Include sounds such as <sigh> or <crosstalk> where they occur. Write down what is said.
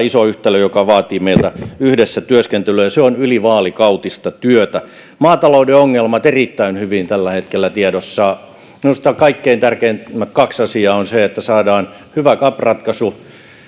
<unintelligible> iso yhtälö joka vaatii meiltä yhdessä työskentelyä ja se on ylivaalikautista työtä maatalouden ongelmat ovat erittäin hyvin tällä hetkellä tiedossa minusta kaksi kaikkein tärkeintä asiaa ovat se että saadaan hyvä cap ratkaisu